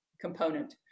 component